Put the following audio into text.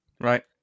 Right